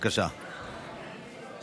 (הוראת